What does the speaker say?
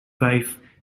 wife